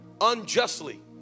unjustly